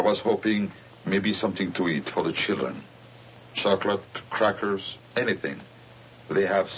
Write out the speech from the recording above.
i was hoping maybe something to eat for the children supper of crackers anything but they have